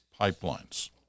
pipelines